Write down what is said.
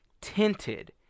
tinted